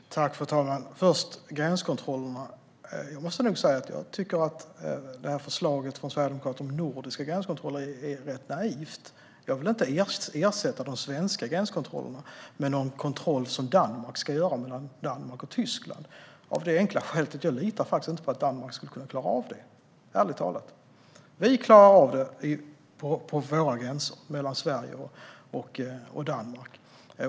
Fru talman! När det gäller gränskontroller tycker jag att Sverigedemokraternas förslag om nordiska gränskontroller är rätt naivt. Jag vill inte ersätta den svenska gränskontrollen med en kontroll som Danmark ska göra mellan Danmark och Tyskland, av det enkla skälet att jag ärligt talat inte litar på att Danmark kan klara av det. Vi klarar av det vid våra gränser mellan Sverige och Danmark.